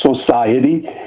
society